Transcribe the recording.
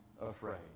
afraid